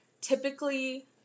typically